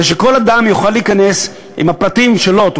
כדי שכל אדם יוכל להיכנס עם הפרטים שלו,